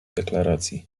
deklaracji